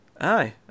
Aye